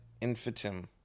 infinitum